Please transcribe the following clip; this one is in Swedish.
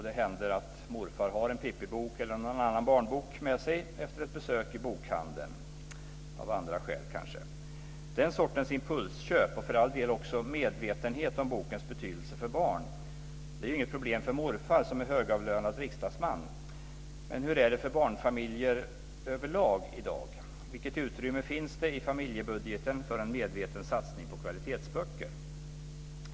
Det händer att morfar har en pippibok eller någon annan barnbok med sig efter ett besök i bokhandeln, kanske av andra skäl. Den sortens impulsköp, och för all del också medvetenhet om bokens betydelse för barn, är inget problem för morfar, som är högavlönad riksdagsman. Men hur är det för barnfamiljer överlag i dag? Vilket utrymme finns det i familjebudgeten för medveten satsning på kvalitetsböcker?